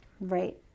Right